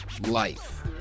life